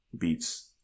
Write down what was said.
beats